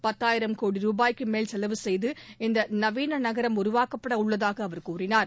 பத்தாயிரம் கோடி ரூபாய்க்கு மேல் செலவு செய்து இந்த நவீள நகரம் உருவாக்கப்பட உள்ளதாக அவர் கூறினார்